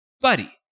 buddy